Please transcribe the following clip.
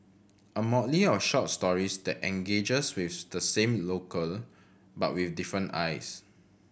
a motley of short stories that engages with the same locale but with different eyes